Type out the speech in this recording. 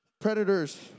predators